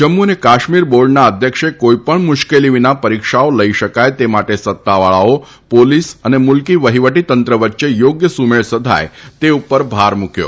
જમ્મુ અને કાશ્મીર બોર્ડના અધ્યક્ષે કોઇપણ મુશ્કેલી વિના પરીક્ષાઓ લઇ શકાય તે માટે સત્તાવાળાઓ પોલીસ અને મુલ્કી વહીવટી તંત્ર વચ્ચે યોગ્ય સુમેળ સધાય તે ઉપર ભાર મુકયો છે